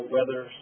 Weather